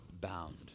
bound